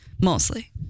Mostly